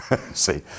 See